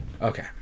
Okay